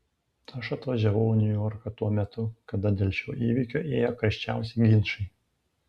aš atvažiavau į niujorką tuo metu kada dėl šio įvykio ėjo karščiausi ginčai